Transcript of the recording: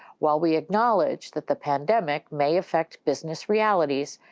while we acknowledge that the pandemic may affect business realities,